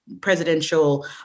presidential